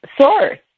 source